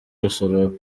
rusororo